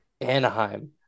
Anaheim